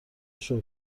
شکر